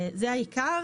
זה העיקר.